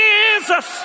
Jesus